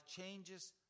changes